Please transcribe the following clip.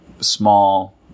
small